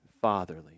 fatherly